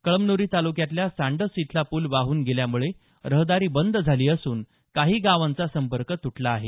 कळमुनुरी तालुक्यातल्या सांडस इथला पूल वाहून गेल्यामुळे रहदारी बंद झाली असून काही गावांचा संपर्क तुटला आहे